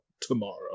tomorrow